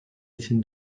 için